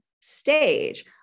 stage